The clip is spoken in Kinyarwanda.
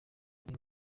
ndi